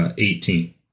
Eighteen